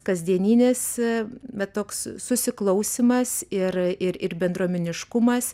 kasdieninis va toks susiklausymas ir ir bendruomeniškumas